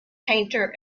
painter